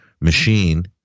machine